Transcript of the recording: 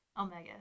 Omega